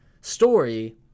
story